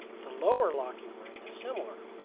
the lower locking ring is similar,